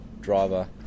driver